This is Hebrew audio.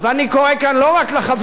אני קורא כאן לא רק לחברות,